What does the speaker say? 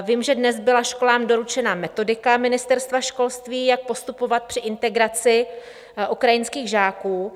Vím, že dnes byla školám doručena metodika ministerstva školství, jak postupovat při integraci ukrajinských žáků.